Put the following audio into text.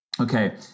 Okay